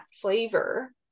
flavor